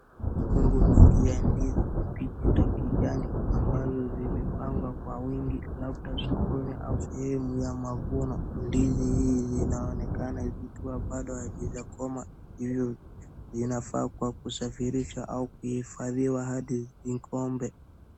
Mikungu mmingi ya ndizi zikipita kigani ambazo zimepangwa kwa wigi labda sokoni au sehemu ya mavuno. Ndizi hii inaonekana zikiwa kama bado haijakomaa hivyo inafaa kusafirishwa au kuhifadhiwa hadi ikomee.